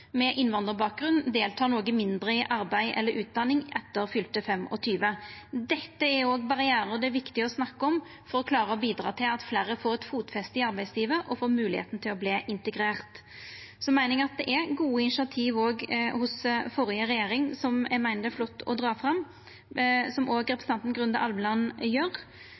med innvandrarbakgrunn deltek noko mindre i arbeid eller utdanning etter fylte 25. Dette er òg barrierar det er viktig å snakka om for å klara å bidra til at fleire får eit fotfeste i arbeidslivet og får moglegheita til å verta integrerte. Eg meiner det òg hos førre regjering er gode initiativ som det er flott å dra fram, som òg representanten Grunde Almeland gjer.